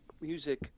music